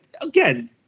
Again